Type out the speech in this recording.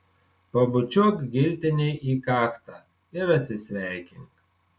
pabučiuok giltinei į kaktą ir atsisveikink